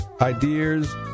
ideas